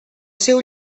seu